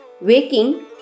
waking